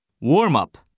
Warm-up